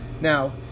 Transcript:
Now